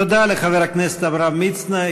תודה לחבר הכנסת עמרם מצנע.